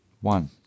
one